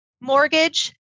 mortgage